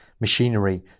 machinery